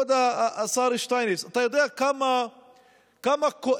כבוד השר שטייניץ, אתה יודע כמה כואב